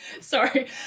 sorry